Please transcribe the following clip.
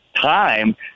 time